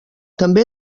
també